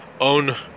own